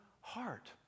heart